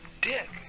dick